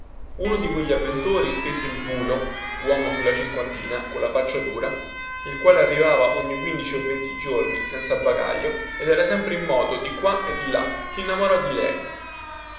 uno di quegli avventori detto il bulo uomo sulla cinquantina colla faccia dura il quale arrivava ogni quindici o venti giorni senza bagaglio ed era sempre in moto di qua e di là sinnamorò di lei